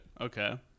Okay